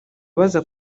abazwa